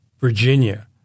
Virginia